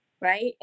right